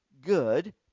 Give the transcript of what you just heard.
good